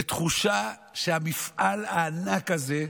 ישבנו אז באבל, בתחושה שהמפעל הענק הזה,